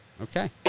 Okay